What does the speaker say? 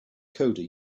coder